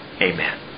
Amen